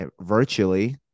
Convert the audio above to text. virtually